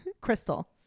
crystal